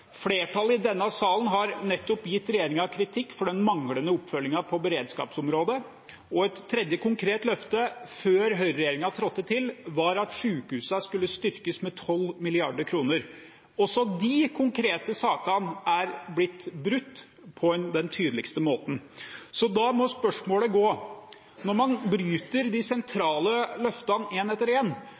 Flertallet i denne salen ga regjeringen kritikk for den manglende oppfølgingen på beredskapsområdet. Et tredje konkret løfte som ble gitt før høyreregjeringen tiltrådte, var at sykehusene skulle styrkes med 12 mrd. kr. Også de konkrete løftene har blitt brutt på tydeligst mulig måte. Da må spørsmålet bli: Når man bryter de sentrale løftene – ett etter